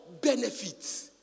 benefits